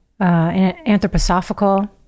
anthroposophical